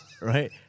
right